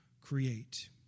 create